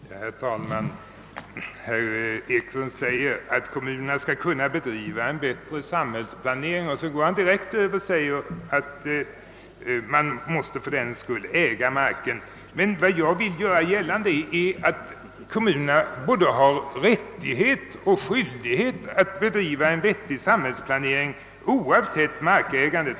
Herr talman! Herr Ekström i Iggesund säger att kommunerna skall kunna bedriva en bättre samhällsplanering och direkt därefter anför han att de fördenskull måste äga marken. Men jag vill göra gällande att kommunerna har både rättighet och skyldighet att bedriva en vettig samhällsplanering oavsett markägandet.